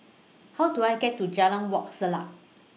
How Do I get to Jalan Wak Selat